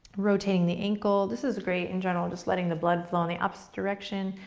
rotating the ankle. this is great in general, just letting the blood flow in the opposite direction,